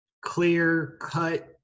clear-cut